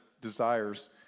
desires